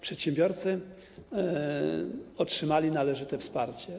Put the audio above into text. Przedsiębiorcy otrzymali należyte wsparcie.